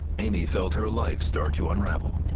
ammie felt her life start to unravel.